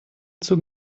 zug